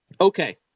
Okay